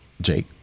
Jake